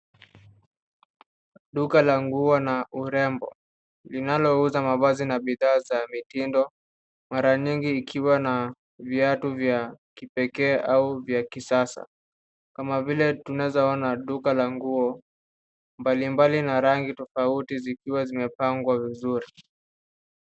Duka la nguo na urembo, linalouza mavazi na bidhaa za mitindo, mara nyingi ikiwa na viatu vya kipekee au vya kisasa kama vile tunaweza kuona duka la nguo mbalimbali na rangi tofauti zikiwa zimepangwa vizuri.